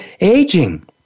aging